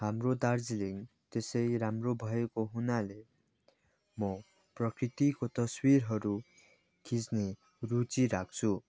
हाम्रो दार्जीिलिङ त्यसै राम्रो भएको हुनाले म प्रकृतिको तस्विरहरू खिच्ने रुचि राख्छु